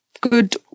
good